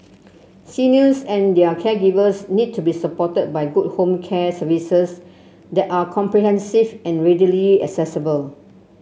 seniors and their caregivers need to be supported by good home care services that are comprehensive and readily accessible